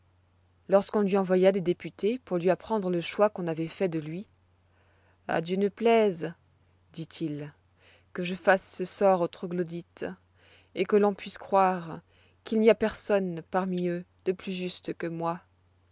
lorsqu'on lui envoya des députés pour lui apprendre le choix qu'on avoit fait de lui à dieu ne plaise dit-il que je fasse ce tort aux troglodytes que l'on puisse croire qu'il n'y a personne parmi eux de plus juste que moi